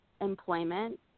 employment